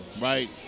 right